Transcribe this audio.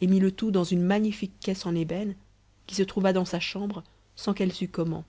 et mit le tout dans une magnifique caisse en ébène qui se trouva dans sa chambre sans qu'elle sût comment